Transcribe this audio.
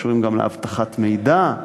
וקשורים גם לאבטחת מידע,